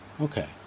Okay